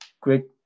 Quick